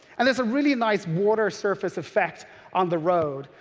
and there's a really nice water surface effect on the road.